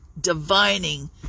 divining